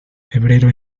febrero